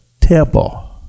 temple